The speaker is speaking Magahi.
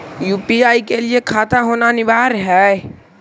यु.पी.आई के लिए खाता होना अनिवार्य है?